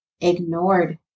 ignored